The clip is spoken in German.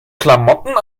klamotten